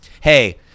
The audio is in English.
hey